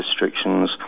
restrictions